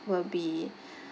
will be